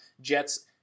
Jets